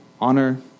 honor